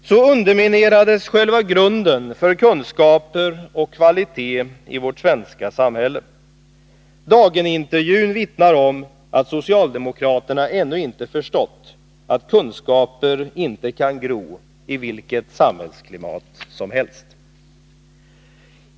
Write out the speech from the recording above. Så underminerades själva grunden för kunskaper och kvalitet i vårt svenska samhälle. Dagen-intervjun vittnar om att socialdemokraterna ännu inte förstått att kunskaper inte kan gro i vilket samhällsklimat som helst.